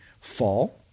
fall